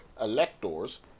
electors